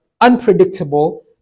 unpredictable